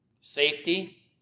Safety